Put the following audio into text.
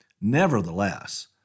Nevertheless